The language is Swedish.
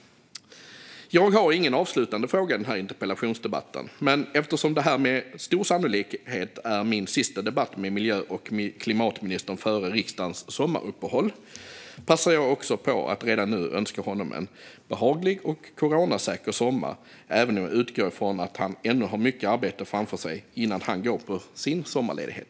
Jag har ingen avslutande fråga i denna interpellationsdebatt, men eftersom det här med stor sannolikhet är min sista debatt med miljö och klimatministern före riksdagens sommaruppehåll passar jag på att redan nu önska honom en behaglig och coronasäker sommar, även om jag utgår ifrån att han ännu har mycket arbete framför sig innan han går på sin sommarledighet.